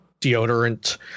deodorant